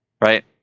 right